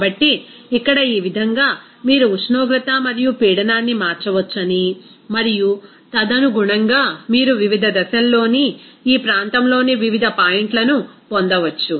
కాబట్టి ఇక్కడ ఈ విధంగా మీరు ఉష్ణోగ్రత మరియు పీడనాన్ని మార్చవచ్చని మరియు తదనుగుణంగా మీరు వివిధ దశల్లోని ఈ ప్రాంతంలోని వివిధ పాయింట్లను పొందవచ్చు